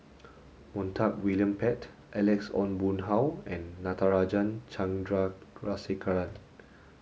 Montague William Pett Alex Ong Boon Hau and Natarajan Chandrasekaran